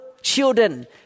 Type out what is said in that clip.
children